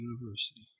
University